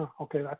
Okay